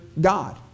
God